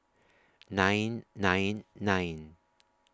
nine nine nine